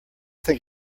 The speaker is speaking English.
think